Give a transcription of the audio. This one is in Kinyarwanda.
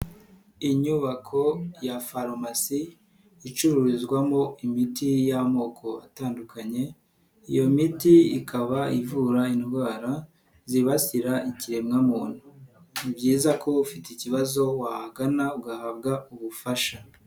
Inyubako ya farumasi icururizwamo imiti y'amoko atandukanye iyo miti ikaba ivura indwara zibasira ikiremwamuntu, ni byiza ko ufite ikibazo wahagana ugahabwa ubufasha.